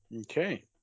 Okay